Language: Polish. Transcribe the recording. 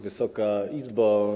Wysoka Izbo!